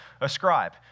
ascribe